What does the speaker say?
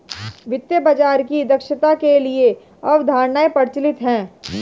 वित्तीय बाजार की दक्षता के लिए कई अवधारणाएं प्रचलित है